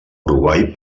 uruguai